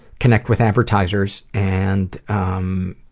connect with advertisers and um,